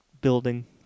building